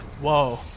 Whoa